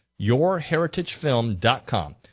yourheritagefilm.com